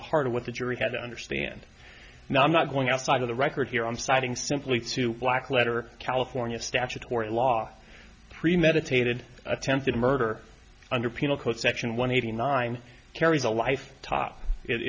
the heart of what the jury had to understand now i'm not going outside of the record here i'm citing simply two black letter california statutory law premeditated attempted murder under penal code section one eighty nine carries a life top it